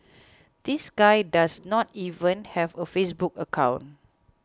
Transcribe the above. this guy does not even have a Facebook account